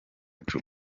juba